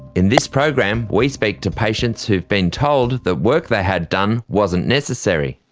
in this program we speak to patients who've been told that work they had done wasn't necessary.